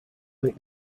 make